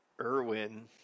Irwin